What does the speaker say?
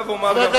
מה אתה רוצה?